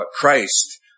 Christ